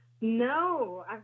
No